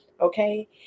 Okay